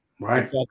Right